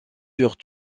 furent